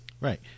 Right